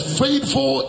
faithful